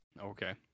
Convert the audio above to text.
Okay